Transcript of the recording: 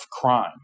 crime